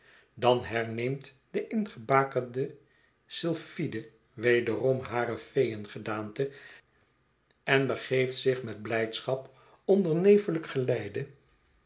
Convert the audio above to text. dan herneemt de ingebakerde sylphide wederom hare feeën gedaante en begeeft zich met blijdschap onder nefelijk geleide